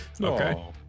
Okay